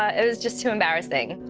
um it was just too embarrassing.